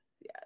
yes